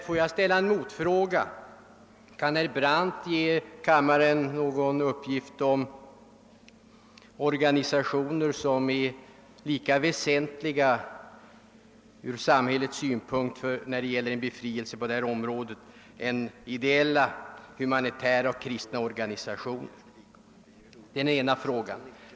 Låt mig ställa frågan: Kan herr Brandt ge kammaren någon uppgift om vilka organisationer som är lika väsentliga ur samhällets synpunkt som ideella, humanitära och kristna organisationer?